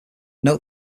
note